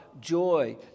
joy